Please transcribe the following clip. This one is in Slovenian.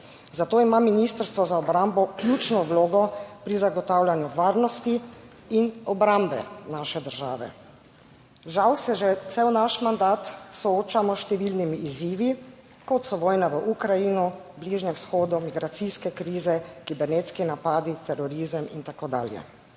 zato ima Ministrstvo za obrambo ključno vlogo pri zagotavljanju varnosti in obrambe naše države. Žal se že cel naš mandat soočamo s številnimi izzivi kot so vojna v Ukrajini, Bližnjem vzhodu, migracijske krize, kibernetski napadi, terorizem in tako dalje.